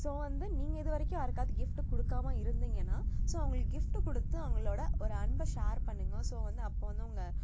so வந்து நீங்கள் இதுவரைக்கும் யாருக்காவது கிஃப்ட்டு கொடுக்காம இருந்தீங்கன்னால் ஸோ அவங்களுக்கு கிஃப்ட்டு கொடுத்து அவங்களோட ஒரு அன்பை ஷேர் பண்ணுங்க ஸோ வந்து அப்போ வந்து உங்கள்